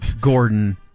Gordon